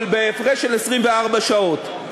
אבל בהפרש של 24 שעות.